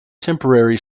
temporary